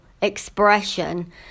expression